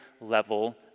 level